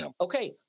Okay